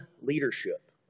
leadership